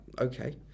okay